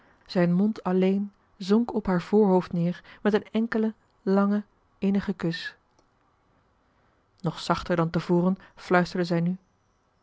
zijn mond alleen zonk op haar voorhoofd neer met een enkelen langen innigen kus nog zachter dan te voren fluisterde zij nu